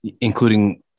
including